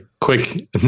quick